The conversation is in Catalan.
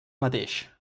mateix